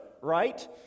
right